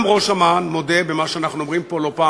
גם ראש אמ"ן מודה במה שאנחנו אומרים פה לא פעם